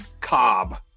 cob